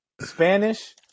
Spanish